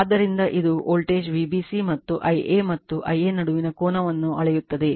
ಆದ್ದರಿಂದ ಇದು voltage Vbc ಮತ್ತು Ia ಮತ್ತು Ia ನಡುವಿನ ಕೋನವನ್ನು ಅಳೆಯುತ್ತದೆ